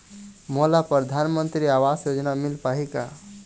मोला परधानमंतरी आवास योजना मिल पाही का?